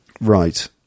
Right